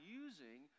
using